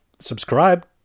subscribe